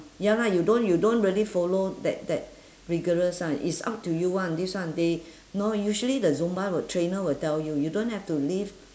ya lah you don't you don't really follow that that vigorous ah it's up to you [one] this one they know usually the zumba will trainer will tell you you don't have to lift